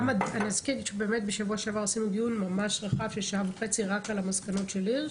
באמת בשבוע שעבר עשינו דיון ממש רחב של שעה וחצי רק על המסקנות של הירש